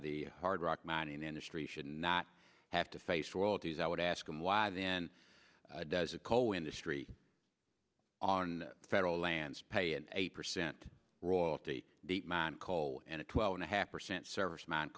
the hard rock mining industry should not have to face royalties i would ask them why then does the coal industry on federal lands pay an eight percent royalty on coal and a twelve and a half percent serviceman